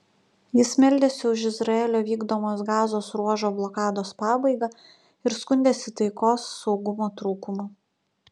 jis meldėsi už izraelio vykdomos gazos ruožo blokados pabaigą ir skundėsi taikos saugumo trūkumu